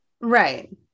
Right